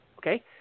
Okay